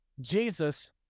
Jesus